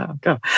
go